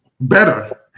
better